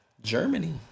Germany